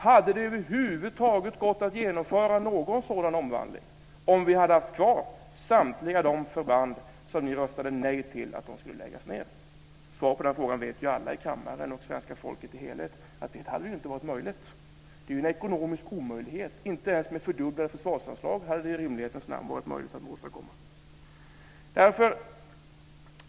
Hade det över huvud taget gått att genomföra någon sådan omvandling om vi hade haft kvar samtliga de förband som ni röstade nej till att de skulle läggas ned? Svaret på den frågan vet alla i kammaren och i svenska folket som helhet. Det hade inte varit möjligt. Det är en ekonomisk omöjlighet. Inte ens med fördubblade försvarsanslag hade det i rimlighetens namn varit möjligt att åstadkomma detta.